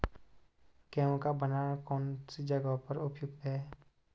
गेहूँ का भंडारण कौन सी जगह पर उपयुक्त है?